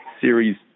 Series